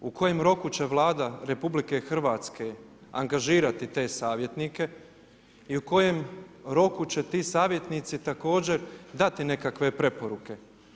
U kojem roku će Vlada RH angažirati te savjetnike i u kojem roku će ti savjetnici također dati nekakve preporuke.